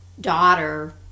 daughter